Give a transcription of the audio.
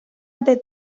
ante